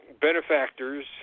benefactors